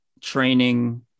training